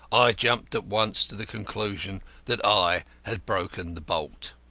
jumped at once to the conclusion that i had broken the bolt.